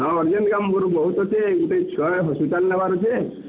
ହଁ ଅର୍ଜେଣ୍ଟ କାମ୍ ମୋର୍ ବହୁତ୍ ଅଛେ ଗୁଟେ ଛୁଆକେ ହସ୍ପିଟାଲ୍ ନେବାର୍ ଅଛେ